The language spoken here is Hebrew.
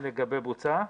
לגבי בוצה?